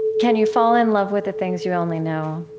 can you fall in love with the things you only know,